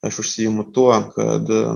aš užsiimu tuo kad